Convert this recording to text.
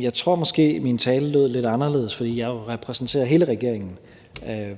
Jeg tror måske, min tale lød lidt anderledes, fordi jeg jo repræsenterer hele regeringen,